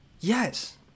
Yes